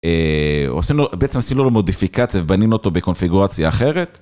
עושים בעצם סילול מודיפיקציה ובנים אותו בקונפיגרציה אחרת.